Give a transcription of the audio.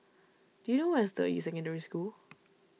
do you know where is Deyi Secondary School